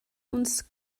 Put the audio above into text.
uns